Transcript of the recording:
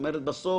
אני